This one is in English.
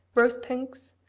rose-pinks,